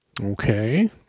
Okay